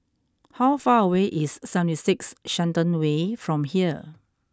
how far away is seventy six Shenton Way from here